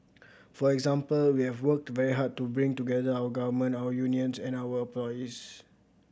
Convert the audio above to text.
for example we have worked very hard to bring together our government our unions and our employees